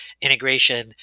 integration